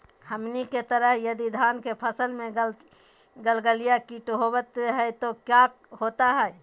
हमनी के तरह यदि धान के फसल में गलगलिया किट होबत है तो क्या होता ह?